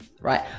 right